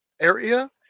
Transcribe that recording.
area